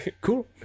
cool